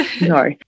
No